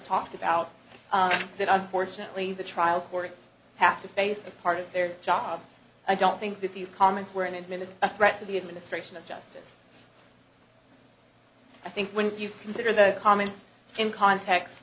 talked about that unfortunately the trial courts have to face as part of their job i don't think that these comments were in and minute a threat to the administration of justice i think when you consider the comment in context